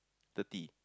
thirty